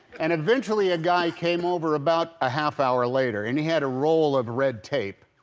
and eventually, a guy came over, about a half hour later and he had a roll of red tape.